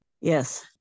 Yes